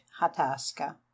Hataska